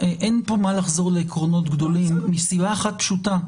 אין פה מה לחזור לעקרונות גדולים מסיבה אחת פשוטה,